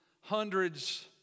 hundreds